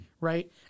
Right